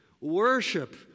worship